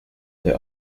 there